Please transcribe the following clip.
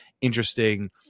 interesting